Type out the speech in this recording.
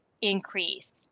increase